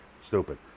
stupid